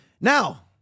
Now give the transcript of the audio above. Now